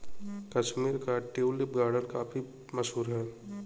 कश्मीर का tulip garden काफी मशहूर है